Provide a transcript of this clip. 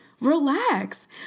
relax